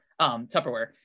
Tupperware